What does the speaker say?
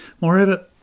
Moreover